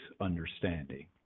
understanding